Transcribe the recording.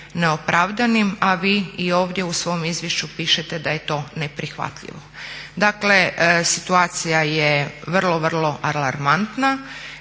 neopravdanim, a vi i ovdje u svom izvješću pišete da je to neprihvatljivo. Dakle, situacija je vrlo, vrlo alarmantna.